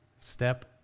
Step